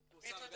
זה פורסם גם